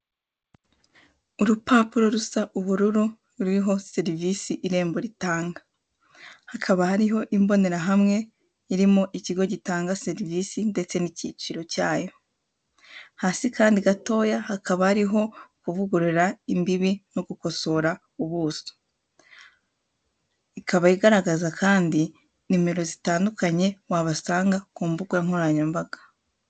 Urupapuro rusa ubururu ruriho serivisi irembo ritanga. Hakaba hariho imbonerahamwe irimo ikigo gitanga serivisi ndetse n'icyiciro cyayo. Hasi kandi gatoya hakaba hariho kuvugurura imbibi no gukosora ubuso. Ikaba igaragaza kandi nimero zitandukanye wabasanga ku mbuga nkoranyambaga.